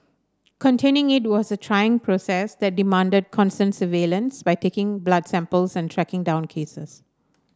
containing it was a trying process that demanded constant surveillance by taking blood samples and tracking down cases